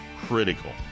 Critical